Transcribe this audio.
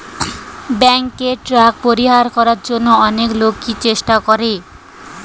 ব্যাংকে ট্যাক্স পরিহার করার জন্য অনেক লোকই চেষ্টা করে